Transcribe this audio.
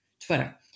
Twitter